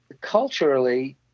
culturally